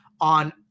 on